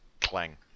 clang